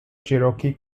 cherokee